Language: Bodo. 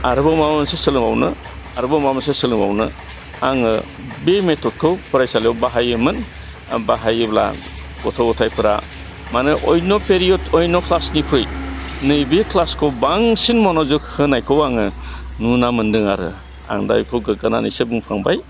आरोबाव माबा मोनसे सोलोंबावनो आरोबाव माबा मोनसे सोलोंबावनो आङो बे मेटडखौ फरायसालियाव बाहायोमोन बाहायोब्ला गथ' गथायफोरा मानो अयन' पेरियद अयन' क्लासनिख्रुइ नैबे क्लासखौ बांसिन मन'जुक होनायखौ आङो नुना मोन्दों आरो आं दा बेखौ गोग्गानानैसो बुंफ्लांबाय